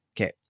okay